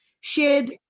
shared